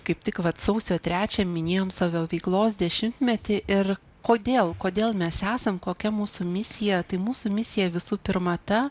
kaip tik vat sausio trečią minėjom savo veiklos dešimtmetį ir kodėl kodėl mes esam kokia mūsų misija tai mūsų misija visų pirma ta